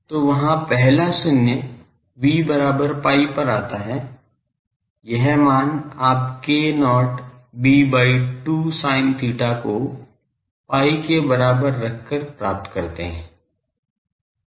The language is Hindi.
तो वहाँ पहला शून्य v बराबर pi पर आता है यह मान आप k0 b by 2 sin theta को pi के बराबर रख कर प्राप्त करते हैं